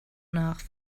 nach